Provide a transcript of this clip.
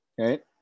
okay